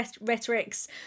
rhetorics